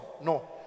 No